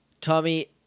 Tommy